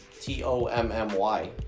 T-O-M-M-Y